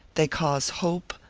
they cause hope,